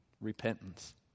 repentance